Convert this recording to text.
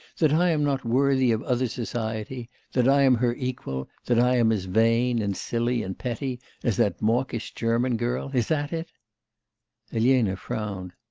that i am not worthy of other society, that i am her equal that i am as vain, and silly and petty as that mawkish german girl? is that it elena frowned.